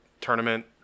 tournament